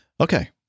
Okay